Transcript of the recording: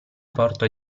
porto